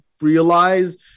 realize